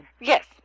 yes